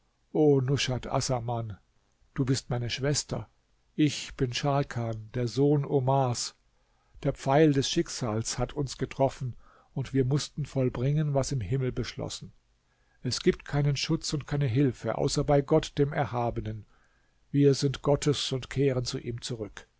du bist meine schwester ich bin scharkan der sohn omars der pfeil des schicksals hat uns getroffen und wir mußten vollbringen was im himmel beschlossen es gibt keinen schutz und keine hilfe außer bei gott dem erhabenen wir sind gottes und kehren zu ihm zurück